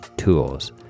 tools